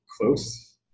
close